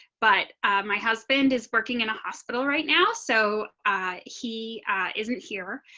but my husband is working in a hospital right now. so he isn't here.